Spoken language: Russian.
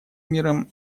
миром